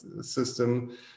system